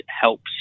helps